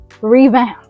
revamp